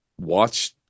watch